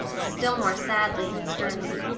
still more sadly and sternly.